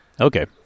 Okay